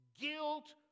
Guilt